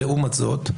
לעומת זאת,